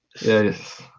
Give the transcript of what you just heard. yes